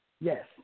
Yes